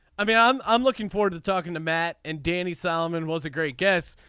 i mean i'm i'm looking forward to talking to matt and danny solomon was a great guest.